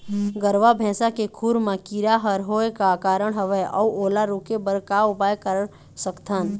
गरवा भैंसा के खुर मा कीरा हर होय का कारण हवए अऊ ओला रोके बर का उपाय कर सकथन?